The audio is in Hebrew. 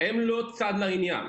הם לא צד לעניין.